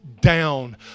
down